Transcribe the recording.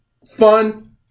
Fun